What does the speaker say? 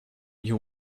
you